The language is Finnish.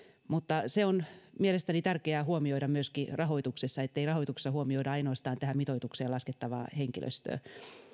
mutta se on mielestäni tärkeää huomioida myöskin rahoituksessa niin ettei rahoituksessa huomioida ainoastaan tähän mitoitukseen laskettavaa henkilöstöä